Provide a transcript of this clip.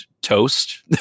Toast